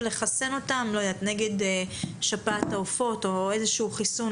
ולחסן אותן נגד שפעת העופות או איזשהו חיסון.